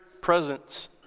presence